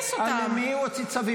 למי הוא הוציא צווים?